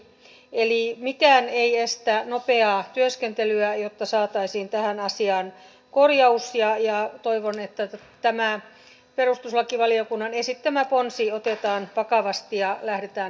eli mikään ei estä nopeaa työskentelyä jotta saataisiin tähän asiaan korjaus ja toivon että tämä perustuslakivaliokunnan esittämä ponsi otetaan vakavasti ja lähdetään nopeasti valmisteluun